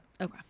okay